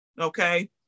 okay